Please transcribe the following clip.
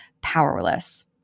powerless